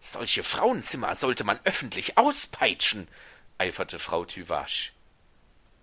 solche frauenzimmer sollte man öffentlich auspeitschen eiferte frau tüvache